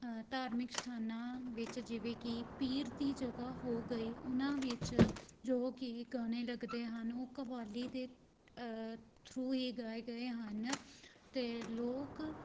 ਧਾਰਮਿਕ ਅਸਥਾਨਾਂ ਵਿੱਚ ਜਿਵੇਂ ਕਿ ਪੀਰ ਦੀ ਜਗ੍ਹਾ ਹੋ ਗਈ ਉਹਨਾਂ ਵਿੱਚ ਜੋ ਕਿ ਗਾਣੇ ਲੱਗਦੇ ਹਨ ਉਹ ਕਵਾਲੀ ਦੇ ਥਰੂ ਹੀ ਗਾਏ ਗਏ ਹਨ ਅਤੇ ਲੋਕ